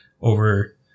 over